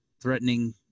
threatening